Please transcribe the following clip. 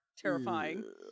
terrifying